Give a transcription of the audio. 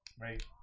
right